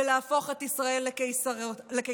להפוך את ישראל לקיסריות.